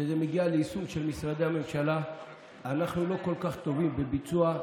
כשזה מגיע ליישום של משרדי הממשלה אנחנו לא כל כך טובים בביצוע,